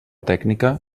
tècnica